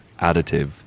additive